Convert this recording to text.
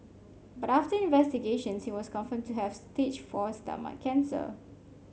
but after investigations he was confirmed to have stage four stomach cancer